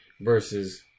versus